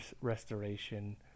restoration